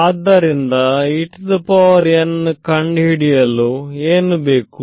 ಆದ್ದರಿಂದ ಕಂಡುಹಿಡಿಯಲು ಏನು ಬೇಕು